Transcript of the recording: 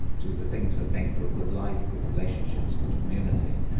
to the things that make for a good life, good relationships, good community.